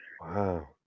Wow